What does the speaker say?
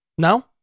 no